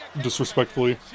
Disrespectfully